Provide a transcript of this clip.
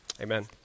Amen